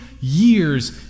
years